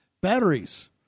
Batteries